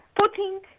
putting